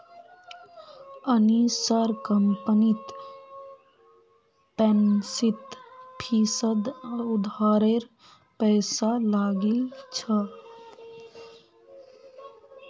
अनीशार कंपनीत पैंतीस फीसद उधारेर पैसा लागिल छ